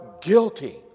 guilty